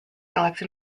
elected